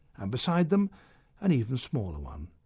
and beside them an even smaller one,